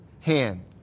hand